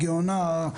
הגאונה,